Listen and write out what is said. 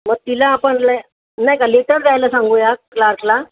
मग तिला आपण लय नाही का लेटर द्यायला सांगूया क्लासला